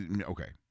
Okay